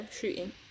shooting